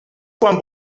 quan